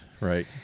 right